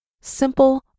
simple